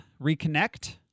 reconnect